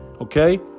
okay